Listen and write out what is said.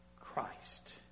Christ